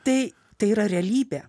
tai tai yra realybė